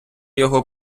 його